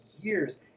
years